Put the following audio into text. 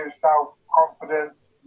self-confidence